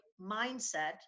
mindset